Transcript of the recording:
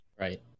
Right